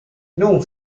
non